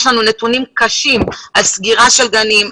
יש לנו נתונים קשים על סגירת גנים,